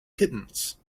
kittens